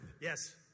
yes